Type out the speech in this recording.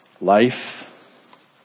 Life